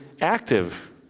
active